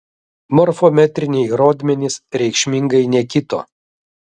morfometriniai rodmenys reikšmingai nekito